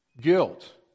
Guilt